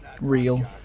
real